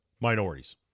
minorities